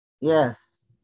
yes